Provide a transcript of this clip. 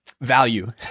value